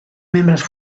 membres